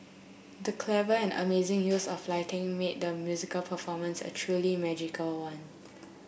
the clever and amazing use of lighting made the musical performance a truly magical one